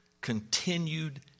continued